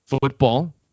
football